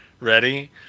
ready